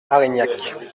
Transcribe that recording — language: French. arignac